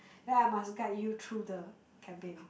then I must guide you through the campaign